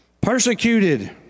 Persecuted